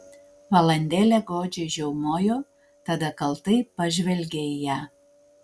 valandėlę godžiai žiaumojo tada kaltai pažvelgė į ją